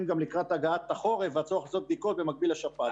גם לקראת הגעת החורף והצורך לעשות בדיקות במקביל לשפעת.